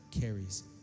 carries